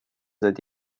that